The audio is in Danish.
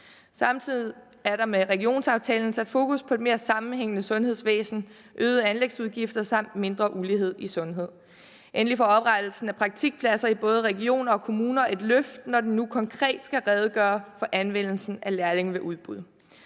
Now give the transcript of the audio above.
Samtidig er der med regionsaftalen sat fokus på et mere sammenhængende sundhedsvæsen, øgede anlægsudgifter samt mindre ulighed i sundhed. Endelig får oprettelse af praktikpladser i både regioner og kommuner et løft, når der nu konkret skal redegøres for anvendelsen af lærlinge ved udbud.